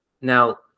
now